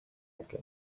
экен